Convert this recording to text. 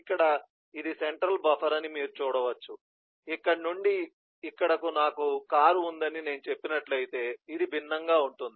ఇక్కడ ఇది central buffer అని మీరు చూడవచ్చు ఇక్కడ నుండి ఇక్కడకు నాకు కారు ఉందని నేను చెప్పినట్లయితే ఇది భిన్నంగా ఉంటుంది